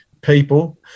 people